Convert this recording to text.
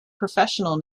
professional